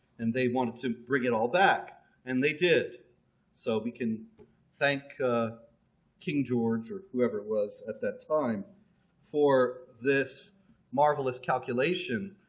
and they wanted to bring it all back and they did so we can thank king george or whoever it was at that time for this marvelous calculation.